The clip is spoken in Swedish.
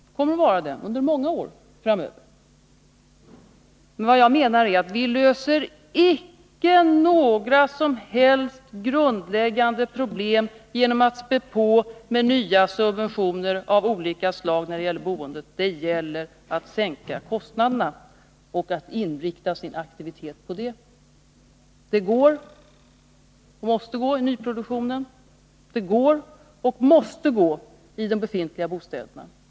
Så kommer det att vara under många år framöver. Men vad jag menar är att vi löser icke några som helst grundläggande problem genom att späda på med nya subventioner av olika slag när det gäller boendet. Det gäller i stället att sänka kostnaderna och att inrikta aktiviteten på det. Det går, och måste gå, i nyproduktionen. Det går, och måste gå, i de befintliga bostäderna.